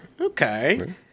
okay